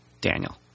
Daniel